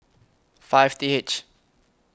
five T H